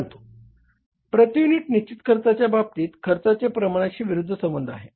परंतु प्रति युनिट निश्चित खर्चाच्या बाबतीत खर्चाचे प्रमाणाशी विरुद्ध संबंध असते